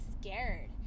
scared